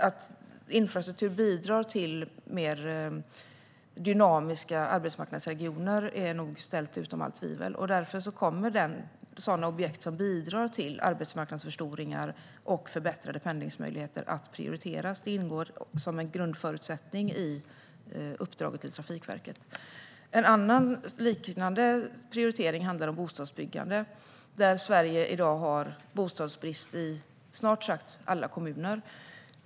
Att infrastruktur bidrar till mer dynamiska arbetsmarknadsregioner är alltså ställt utom allt tvivel. Därför kommer sådana objekt som bidrar till arbetsmarknadsförstoringar och förbättrade pendlingsmöjligheter att prioriteras. Det ingår som en grundförutsättning i uppdraget till Trafikverket. En annan, liknande prioritering handlar om bostadsbyggande. Sverige har i dag bostadsbrist i snart sagt alla kommuner.